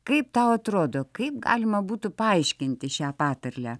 kaip tau atrodo kaip galima būtų paaiškinti šią patarlę